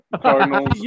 Cardinals